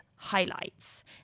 highlights